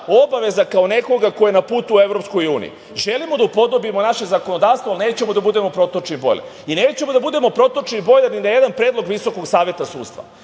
obaveza kao nekoga ko je na putu ka EU.Želimo da upodobimo naše zakonodavstvo, ali nećemo da budemo protočni bojler. Nećemo da budemo protočni bojler ni na jedan predlog VSS. Neće niko